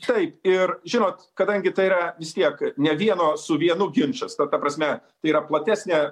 taip ir žinot kadangi tai yra vis tiek ne vieno su vienu ginčas ta prasme tai yra platesnė